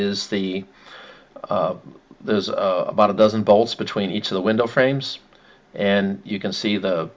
is the there's about a dozen bolts between each of the window frames and you can see th